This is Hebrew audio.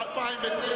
לא.